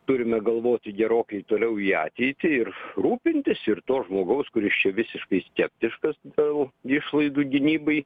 turime galvoti gerokai toliau į ateitį ir rūpintis ir to žmogaus kuris čia visiškai skeptiškas dėl išlaidų gynybai